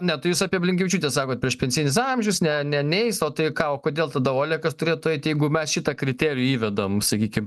ne tai jūs apie blinkevičiūtę sakot priešpensinis amžius ne ne neis o tai ką o kodėl tada olekas turėtų eit jeigu mes šitą kriterijų įvedam sakykim